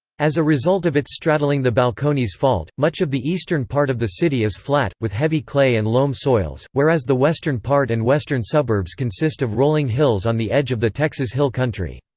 as a result of its straddling the balcones fault, much of the eastern part of the city is flat, with heavy clay and loam soils, whereas the western part and western suburbs consist of rolling hills on the edge of the texas hill country.